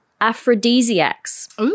aphrodisiacs